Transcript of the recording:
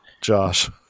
Josh